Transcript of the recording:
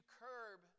curb